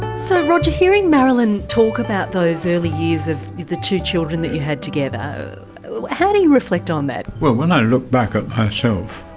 so roger, hearing marilyn talk about those early years of the two children that you had together, how do you reflect on that? well, when i look back at myself,